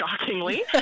shockingly